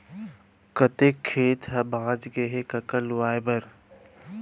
कतेक खेत ह बॉंच गय हे कका लुवाए बर?